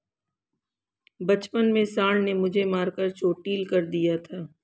बचपन में सांड ने मुझे मारकर चोटील कर दिया था